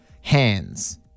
hands